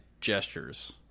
gestures